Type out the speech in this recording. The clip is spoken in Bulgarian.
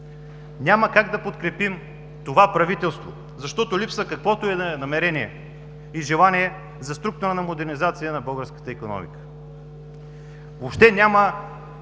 Няма как да подкрепим това правителство, защото липсва каквото и да е намерение и желание за структурна модернизация на българската икономика.